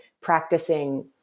practicing